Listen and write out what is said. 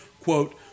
quote